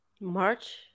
March